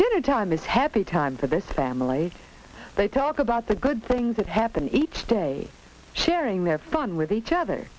dinner time is happy time for this family they talk about the good things that happen each day sharing their fun with each other